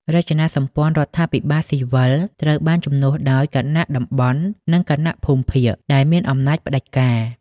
រចនាសម្ព័ន្ធរដ្ឋបាលស៊ីវិលត្រូវបានជំនួសដោយ «គណៈតំបន់» និង «គណៈភូមិភាគ» ដែលមានអំណាចផ្ដាច់ការ។